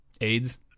AIDS